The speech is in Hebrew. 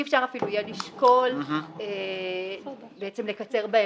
אי-אפשר יהיה לשקול אפילו לקצר אותן,